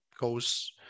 goes